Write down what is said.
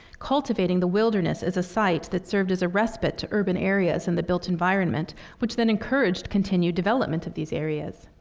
cultivating the wilderness as a site that served as a respite to urban areas in the built environment, which then encouraged continued development of these areas.